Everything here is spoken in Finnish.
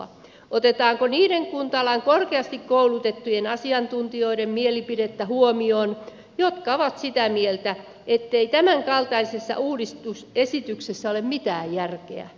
otetaanko niiden kunta alan korkeasti koulutettujen asiantuntijoiden mielipidettä huomioon jotka ovat sitä mieltä ettei tämänkaltaisessa uudistusesityksessä ole mitään järkeä